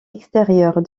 extérieure